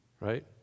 right